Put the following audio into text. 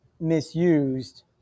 misused